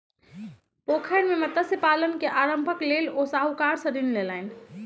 पोखैर मे मत्स्य पालन के आरम्भक लेल ओ साहूकार सॅ ऋण लेलैन